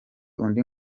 undi